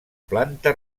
planta